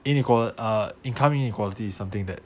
in equal uh income inequality is something that